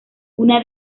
una